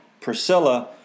Priscilla